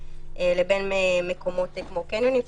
לבין מקומות כמו קניונים,